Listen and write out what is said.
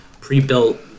Pre-built